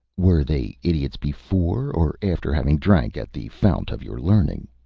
were they idiots before or after having drank at the fount of your learning?